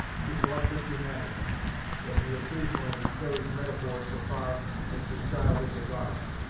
to collective humanity though he occasionally carries metaphor so far as to style this a goddess.